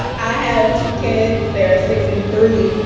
i have two kids, they are six and three.